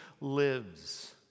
lives